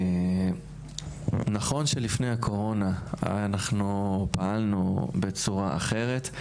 נכון שלפני הקורונה אנחנו פעלנו בצורה אחרת.